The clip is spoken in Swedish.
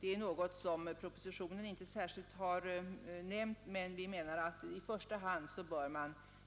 Detta är något som propositionen inte särskilt har nämnt, men vi anser att man i första hand